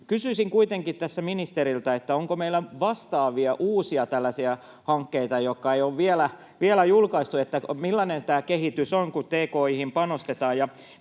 Kysyisin kuitenkin tässä ministeriltä, onko meillä vastaavia uusia tällaisia hankkeita, joita ei ole vielä julkaistu. Millainen tämä kehitys on, kun tki:hin panostetaan?